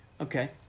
Okay